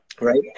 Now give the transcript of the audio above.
right